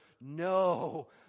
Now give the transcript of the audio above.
No